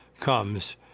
comes